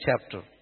chapter